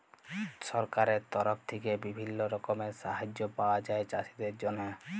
সরকারের তরফ থেক্যে বিভিল্য রকমের সাহায্য পায়া যায় চাষীদের জন্হে